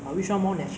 ya lah have ah